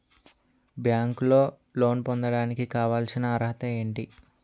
బ్యాంకులో లోన్ పొందడానికి కావాల్సిన అర్హత ఏంటి?